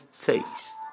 taste